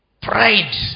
Pride